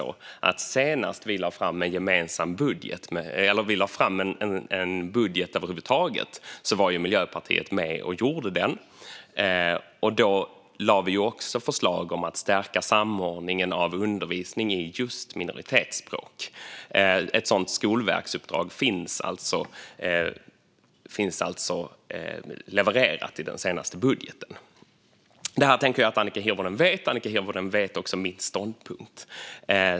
Senast vi lade fram en budget var ju Miljöpartiet med och gjorde den, och då lade vi fram förslag om att stärka samordningen av undervisning i just minoritetsspråk. Ett sådant skolverksuppdrag finns alltså levererat i den senaste budgeten. Det här tänker jag att Annika Hirvonen vet, och hon känner också till min ståndpunkt.